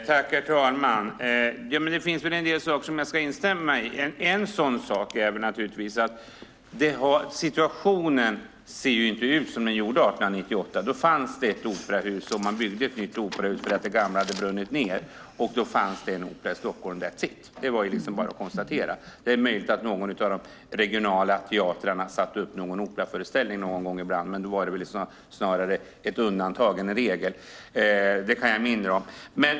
Herr talman! Det finns en del saker som jag kan instämma i. En sådan sak är naturligtvis att situationen inte är densamma som 1898. Då byggde man ett nytt operahus eftersom det gamla hade brunnit ned, och då fanns det en opera i Stockholm. Det var liksom bara att konstatera. Det är möjligt att någon av de regionala teatrarna satte upp någon operaföreställning någon gång ibland, men då var det snarare undantag än regel - det kan jag mindre om.